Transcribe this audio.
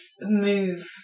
move